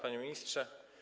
Panie Ministrze!